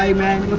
ah man but